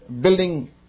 building